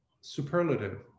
superlative